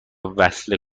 وصله